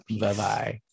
Bye-bye